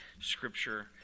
scripture